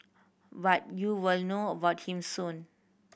but you will know about him soon